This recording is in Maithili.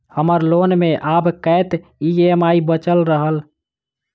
हम्मर लोन मे आब कैत ई.एम.आई बचल ह?